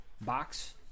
box